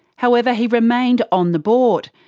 however, he remained on the board,